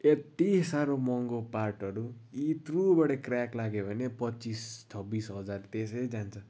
यति साह्रो महँगो पार्टहरू इत्रुबडे क्र्याक लाग्यो भने पच्चिस छब्बिस हजार त्यसै जान्छ